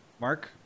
Mark